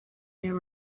there